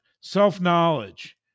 self-knowledge